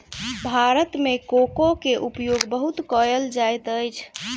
भारत मे कोको के उपयोग बहुत कयल जाइत अछि